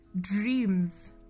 dreams